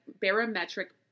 barometric